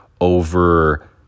over